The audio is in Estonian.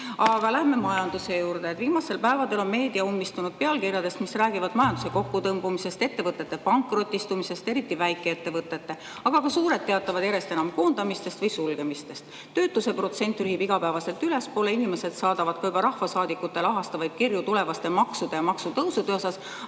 läheme majanduse juurde. Viimastel päevadel on meedia ummistunud pealkirjadest, mis räägivad majanduse kokkutõmbumisest, ettevõtete pankrotistumisest, eriti väikeettevõtete. Aga ka suured teatavad järjest enam koondamisest või sulgemisest. Töötuse protsent tüürib iga päev ülespoole, inimesed saadavad juba ka rahvasaadikutele ahastavaid kirju tulevaste maksude ja maksutõusude